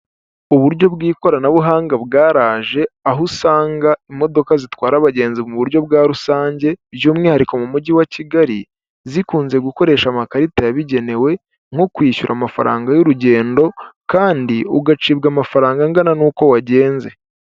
Uburyo bw'ikoranabuhanga bwaraje, aho usanga imodoka zitwara abagenzi mu buryo bwa rusange by'umwihariko mu mujyi wa Kigali, zikunze gukoresha amakarita yabigenewe nko kwishyura amafaranga y'urugendo kandi ugacibwa amafaranga angana nuko wagenze.